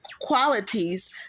qualities